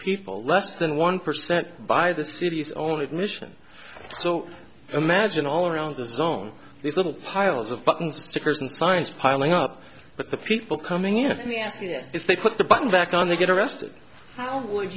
people less than one percent by the city's only admission so imagine all around the zone these little piles of buttons stickers and signs piling up but the people coming in and if they put the button back on they get arrested how would